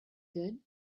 good